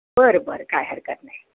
बरं बरं काय हरकत नाही